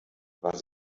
war